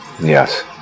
yes